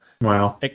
Wow